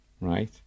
Right